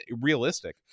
realistic